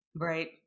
Right